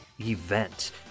event